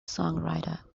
songwriter